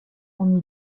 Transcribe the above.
mon